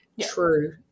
true